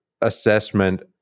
assessment